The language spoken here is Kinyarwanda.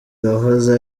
wahoze